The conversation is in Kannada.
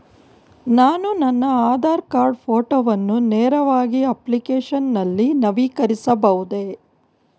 ನಾನು ನನ್ನ ಆಧಾರ್ ಕಾರ್ಡ್ ಫೋಟೋವನ್ನು ನೇರವಾಗಿ ಅಪ್ಲಿಕೇಶನ್ ನಲ್ಲಿ ನವೀಕರಿಸಬಹುದೇ?